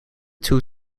two